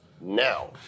now